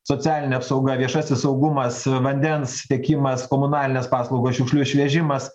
socialinė sauga viešasis saugumas vandens tiekimas komunalinės paslaugas šiukšlių išvežimas